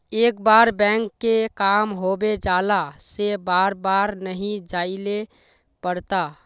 एक बार बैंक के काम होबे जाला से बार बार नहीं जाइले पड़ता?